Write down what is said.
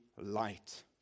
light